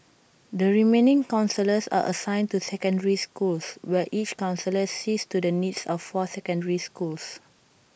the remaining counsellors are assigned to secondary schools where each counsellor sees to the needs of four secondary schools